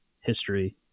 history